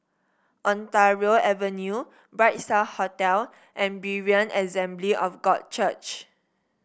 Ontario Avenue Bright Star Hotel and Berean Assembly of God Church